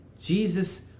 Jesus